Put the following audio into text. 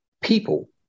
People